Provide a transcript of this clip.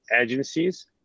agencies